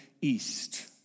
East